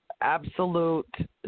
absolute